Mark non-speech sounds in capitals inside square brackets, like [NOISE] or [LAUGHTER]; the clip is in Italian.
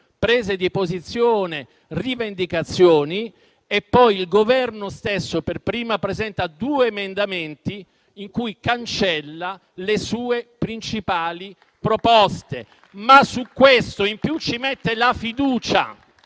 prese di posizione, rivendicazioni, dopodiché il Governo stesso, per primo, presenta due emendamenti in cui cancella le sue principali proposte. [APPLAUSE] E in più su questo ci mette la fiducia.